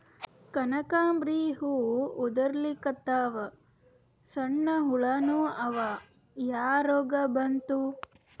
ಕನಕಾಂಬ್ರಿ ಹೂ ಉದ್ರಲಿಕತ್ತಾವ, ಸಣ್ಣ ಹುಳಾನೂ ಅವಾ, ಯಾ ರೋಗಾ ಬಂತು?